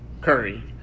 Curry